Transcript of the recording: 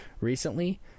recently